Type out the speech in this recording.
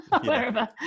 wherever